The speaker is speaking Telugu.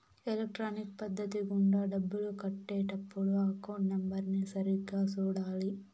ఎలక్ట్రానిక్ పద్ధతి గుండా డబ్బులు కట్టే టప్పుడు అకౌంట్ నెంబర్ని సరిగ్గా సూడాలి